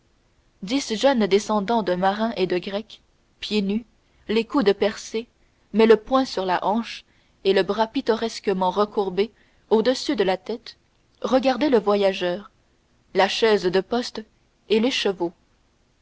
dix jeunes descendants de marius et des gracques pieds nus les coudes percés mais le poing sur la hanche et le bras pittoresquement recourbé au-dessus de la tête regardaient le voyageur la chaise de poste et